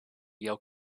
yale